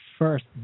First